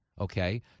okay